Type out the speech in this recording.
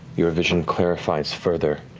your vision clarifies further.